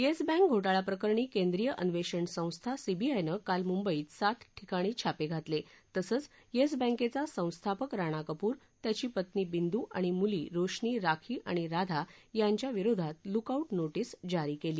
yes Bank घोटाळाप्रकरणी केंद्रीय अन्वेषण संस्था सीबीआयनं काल मुंबईत सात ठिकाणी छापे घातले तसंच येस बँकेचा संस्थापक राणा कपूर त्याची पत्नी बिंदू आणि मुली रोशनी राखी आणि राधा यांच्याविरोधात लुक आऊट नोटीस जारी केली